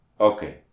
okay